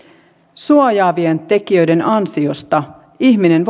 suojaavien tekijöiden ansiosta ihminen